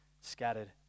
scattered